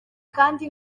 kandi